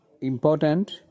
important